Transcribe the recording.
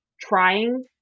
trying